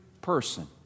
person